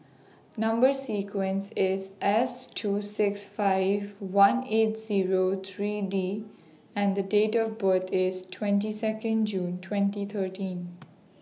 Number sequence IS S two six five one eight Zero three D and The Date of birth IS twenty Second June twenty thirteen